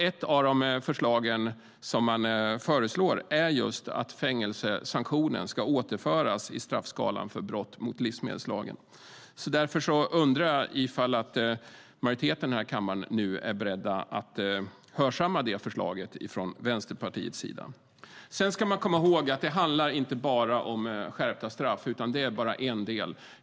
Ett av förslagen där är just att fängelse ska återföras i straffskalan för brott mot livsmedelslagen. Därför undrar jag om majoriteten här i kammaren nu är beredd att hörsamma det förslaget från Vänsterpartiets sida. Sedan ska man komma ihåg att det inte bara handlar om skärpta straff - det är bara en del.